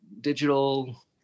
digital